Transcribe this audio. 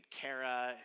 Kara